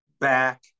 back